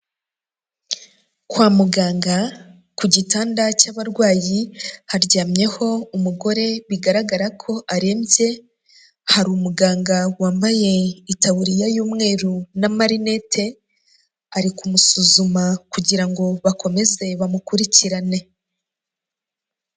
Kwa muganga, ku gitanda cy'abarwayi, haryamyeho umugore bigaragara ko arembye, hari umuganga wambaye itaburiya y'umweru n'amarinete, ari kumusuzuma, kugira ngo bakomeze bamukurikirane.